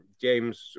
James